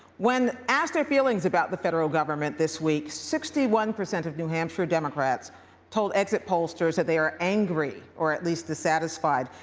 when asked your feelings about the federal government this week, sixty one percent of new hampshire democrats told exit pollsters that they are angry or at least dissatisfied.